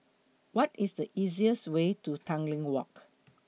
What IS The easiest Way to Tanglin Walk